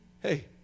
Hey